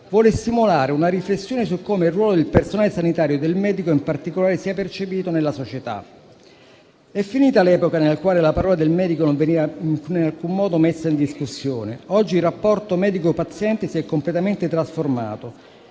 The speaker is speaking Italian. vuole stimolare una riflessione su come il ruolo del personale sanitario e del medico in particolare sia percepito nella società. È finita l'epoca nel quale la parola del medico non veniva in alcun modo messa in discussione. Oggi il rapporto medico-paziente si è completamente trasformato